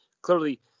Clearly